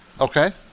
Okay